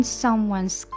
someone's